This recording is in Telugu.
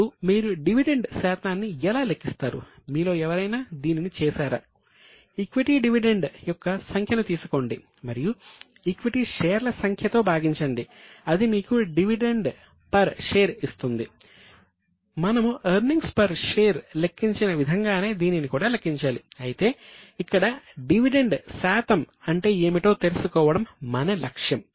ఈ రెండు అంశాలు అంటే ఇంపోర్టెడ్ రా మెటీరియల్ అంటే ఏమిటో తెలుసుకోవడం మన లక్ష్యం